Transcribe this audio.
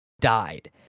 died